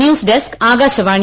news desk Akashvani